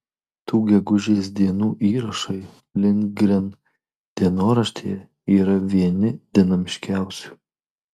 tų gegužės dienų įrašai lindgren dienoraštyje yra vieni dinamiškiausių